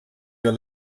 your